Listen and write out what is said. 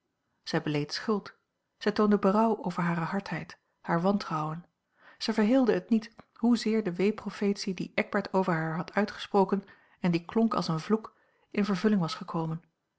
zij beleed schuld zij toonde berouw over hare hardheid haar wantrouwen zij verheelde het niet hoezeer de weeprofetie die eckbert over haar had uitgesprokeu en die klonk als een vloek in vervulling was gekomen